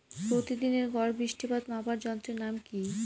প্রতিদিনের গড় বৃষ্টিপাত মাপার যন্ত্রের নাম কি?